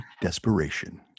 desperation